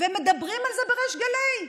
ומדברים על זה בריש גלי: